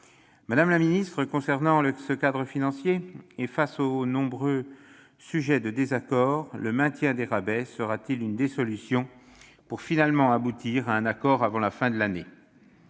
Madame la secrétaire d'État, concernant ce cadre financier et face aux nombreux sujets de désaccord, le maintien des rabais sera-t-il une des solutions pour, finalement, aboutir à un accord avant la fin de l'année ?